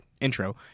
intro